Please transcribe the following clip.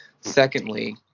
Secondly